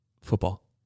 Football